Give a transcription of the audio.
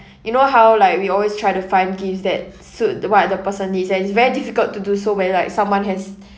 you know how like we always try to find gifts that suit the what uh the person needs and it's very difficult to do so when like someone has